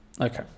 Okay